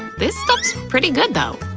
this stuff's pretty good though.